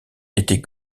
était